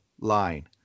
line